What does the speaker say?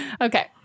Okay